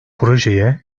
projeye